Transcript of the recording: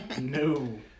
no